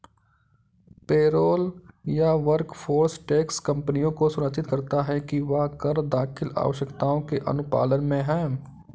payroll या workforce tax कंपनियों को सुनिश्चित करता है कि वह कर दाखिल आवश्यकताओं के अनुपालन में है